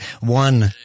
one